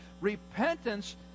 Repentance